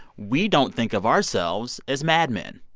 we don't think of ourselves as mad men.